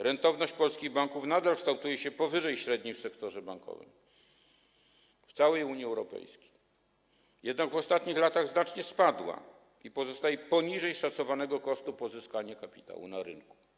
Rentowność polskich banków nadal kształtuje się powyżej średniej w sektorze bankowym w całej Unii Europejskiej, jednak w ostatnich latach znacznie spadła i pozostaje poniżej szacowanego kosztu pozyskania kapitału na rynku.